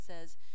says